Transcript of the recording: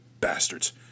Bastards